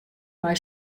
mei